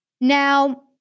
Now